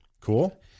Cool